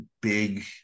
big